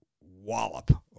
wallop